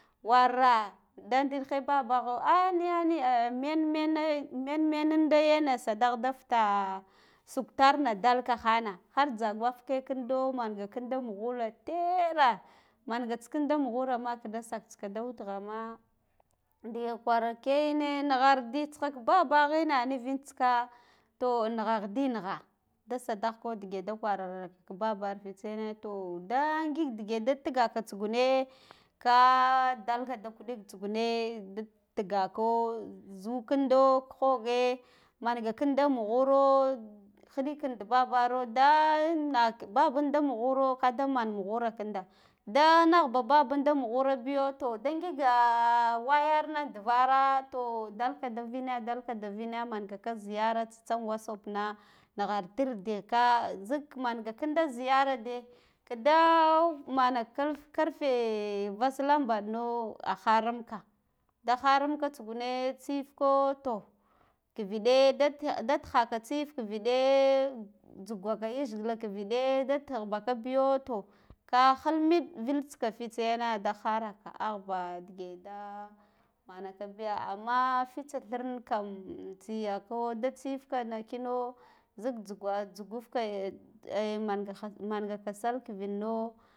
Wareh da ndilkhe babogho ah niya niya men men mene ndi yane sadagh da fita suktar na dalla khan khar tsagurvke ƙindo manga ƙindo mughulo teerhe mangets kindo mughun ma khide saksa witgha ma ɗige gwaskene naghartsi diya naghardita kle baba gha nivi ntska to naghandi nagha da sadagh ko dige da gwara babir fitse yane to da ngik dige da tigakatsugune ka dalka da ƙudek ntsu gune da tiga ko zu ƙindo ghoghe manga ƙindo mughuro khiɗi kin da babaro da na ka baben damughoro ka daman mughow kinda da naghba babir mughoro biyo to da ngiga wayana duvara toh delka da vine delka da vine mangaka ziyara tsitsu in whats’ app na naghartir dika zilo menga ƙindo zryrade kida mana kharf larfe veslambaɗno a kha rarka da kharan tsugune da tsif ko to kiviɗe da. da khaka tsif ƙivi ɗe tsugoka yajgila ɓiviɗe da tughgaka biyo to ka khilmiɗ gultsika fitsi yane de ghara ka ave dige da manaka biya amma fitsa thirna kam intsiyako de tsifkana kino zik zugwa zugwuf ke manga kha mangaka sallah ƙiviɗ no.